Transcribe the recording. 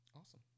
Awesome